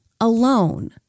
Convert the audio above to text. Alone